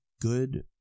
good